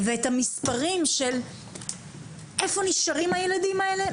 ואת המספרים של איפה נשארים הילדים האלה,